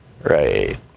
right